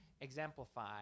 exemplify